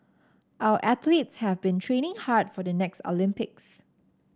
our athletes have been training hard for the next Olympics